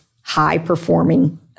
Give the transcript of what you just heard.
high-performing